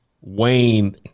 Wayne